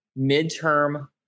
midterm